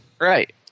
Right